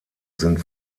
sind